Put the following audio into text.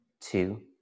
two